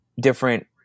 different